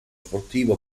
sportivo